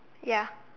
ya